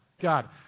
God